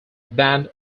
band